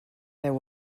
deu